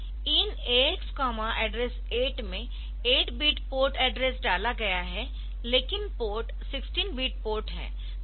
IN AX addr 8 में 8 bit port address डाला गया है लेकिन पोर्ट 16 बिट पोर्ट है